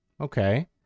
Okay